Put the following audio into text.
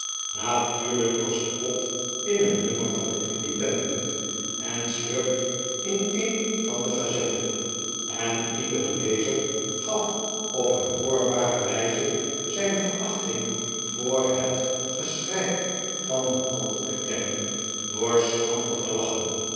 natuurlijk las pott in een nummer vanden independent en shirk in een van de gazette en iedere lezer gaf op een hoorbare wijze zijn verachting voor het geschrijf van den ander te kennen door schamper te lachen